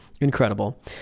Incredible